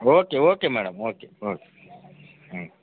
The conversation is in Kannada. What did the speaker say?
okay okay madam okay okay ಹ್ಞೂ